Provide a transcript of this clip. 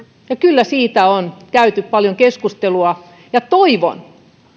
kyllä siitä on käyty paljon keskustelua ja toivon